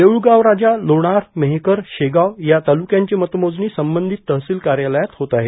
देऊळगाव राजा लोणार मेहकर शेगाव या तालुक्यांची मतमोजणी संबंधित तहसिल कार्यालयात झेत आहे